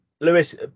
Lewis